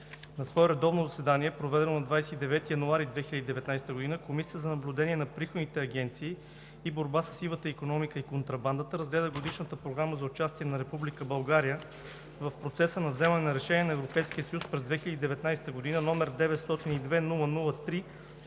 На свое редовно заседание, проведено на 29 януари 2019 г., Комисията за наблюдение на приходните агенции и борба със сивата икономика и контрабандата разгледа Годишната програма за участие на Република България в процеса на вземане на решения на Европейския съюз през 2019 г., № 902-00-3,